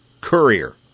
courier